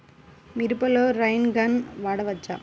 మిరపలో rain gun వాడవచ్చా?